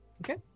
Okay